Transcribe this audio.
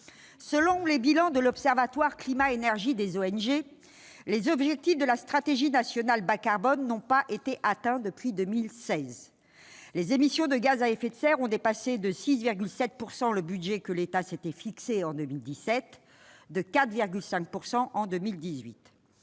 Selon les bilans de l'Observatoire climat-énergie des ONG, les objectifs de la stratégie nationale bas-carbone n'ont pas été atteints depuis 2016. Les émissions de gaz à effet de serre ont dépassé, en 2017, de 6,7 % le budget que l'État s'était fixé. Le dépassement était de 4,5 % en 2018.